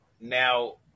Now